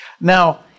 now